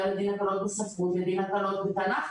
לדין הקלות בספרות לדין הקלות בתנ"ך,